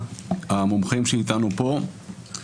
המומחים שאיתנו פה,